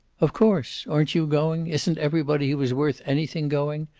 of course. aren't you going? isn't everybody who is worth anything going?